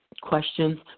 questions